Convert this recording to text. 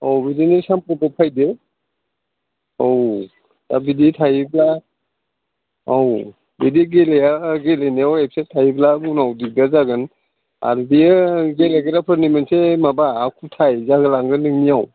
अ बिदिनो सामफ्रामबो फैदो औ दा बिदि थायोब्ला औ बिदि गेलेनायाव एबसेन्ट थायोब्ला उनाव दिगदार जागोन आरो बियो गेलेग्रा फोरनि मोनसे माबा आखुथाइ जालांगोन नोंनियाव